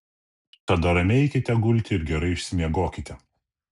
tada ramiai eikite gulti ir gerai išsimiegokite